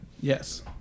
Yes